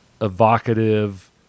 evocative